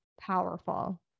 powerful